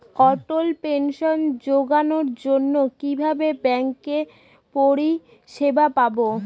অটল pension যোজনার জন্য কিভাবে ব্যাঙ্কে পরিষেবা পাবো?